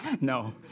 No